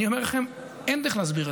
אני אומר לכם שאין איך להסביר.